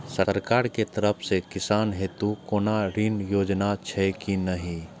सरकार के तरफ से किसान हेतू कोना ऋण योजना छै कि नहिं?